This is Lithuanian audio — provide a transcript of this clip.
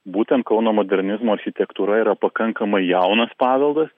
būtent kauno modernizmo architektūra yra pakankamai jaunas paveldas